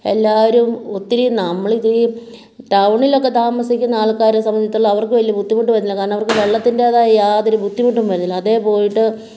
എല്ലാരും ഒത്തിരി നമ്മളിതീ ടൌണിലൊക്കെ താമസിക്കുന്ന ആൾക്കാരെ സംബന്ധിച്ചിടത്തോളം അവർക്ക് വലിയ ബുദ്ധിമുട്ട് വരില്ല കാരണം അവർക്ക് വെള്ളത്തിൻ്റെതായ യാതൊരു ബുദ്ധിമുട്ടും വരുന്നില്ല അതേ പോയിട്ട്